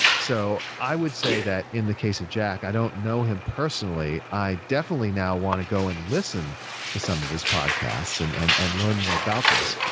so i would say that in the case of jack, i don't know him personally. i definitely now want to go and listen to some of his podcasts and and and learn more about this,